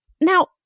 Now